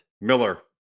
Miller